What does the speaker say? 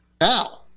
now